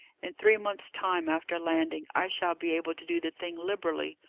in three months' time after landing, i shall be able to do the thing liberally.